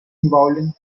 bowling